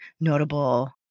notable